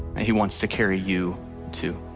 he wants to carry you too.